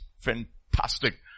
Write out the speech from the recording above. Fantastic